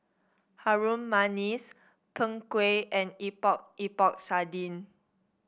Harum Manis Png Kueh and Epok Epok Sardin